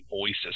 voices